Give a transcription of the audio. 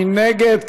מי נגד?